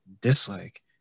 dislike